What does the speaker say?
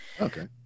Okay